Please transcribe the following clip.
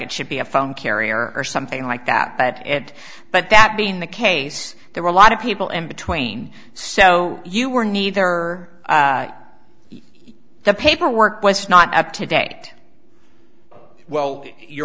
it should be a phone carrier or something like that but it but that being the case there were a lot of people in between so you were neither the paperwork was not up to date well you